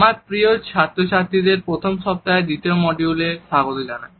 আমার প্রিয় ছাত্র ছাত্রীদের প্রথম সপ্তাহের দ্বিতীয় মডিউলে স্বাগত জানাই